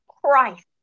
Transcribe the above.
Christ